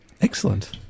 Excellent